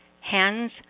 hands